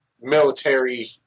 military